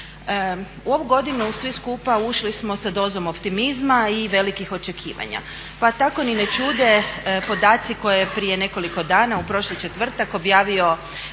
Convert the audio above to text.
U ovu godinu svi skupa ušli smo sa dozom optimizma i velikih očekivanja, pa tako ni ne čude podaci koje je prije nekoliko dana u prošli četvrtak objavio